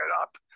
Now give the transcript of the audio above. up